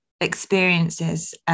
experiences